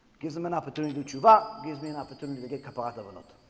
gives them an opportunity to achieve ah gives me an opportunity to get kepada or not